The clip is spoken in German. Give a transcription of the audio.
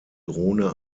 drohne